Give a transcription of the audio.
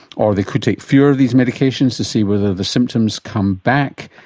or they could take fewer of these medications to see whether the symptoms come back.